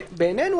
בעינינו,